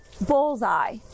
bullseye